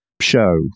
show